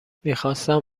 میخواستم